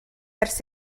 ers